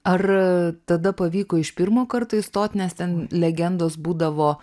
ar tada pavyko iš pirmo karto įstot nes ten legendos būdavo